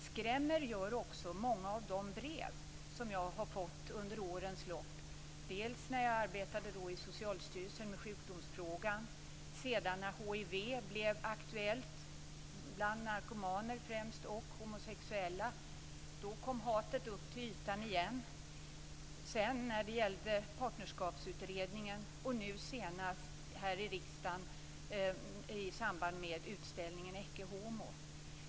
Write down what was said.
Skrämmer gör också många av de brev som jag har fått under årens lopp, dels när jag arbetade i Socialstyrelsen med sjukdomsfrågan, dels när hiv blev aktuellt bland främst narkomaner och homosexuella. Då kom hatet upp till ytan igen. Jag fick också brev i samband med partnerskapsutredningen och nu senast i samband med utställningen Ecce Homo här i riksdagen.